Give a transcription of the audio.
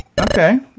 Okay